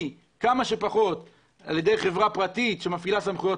הפחות על ידי חברה פרטית שמפעילה סמכויות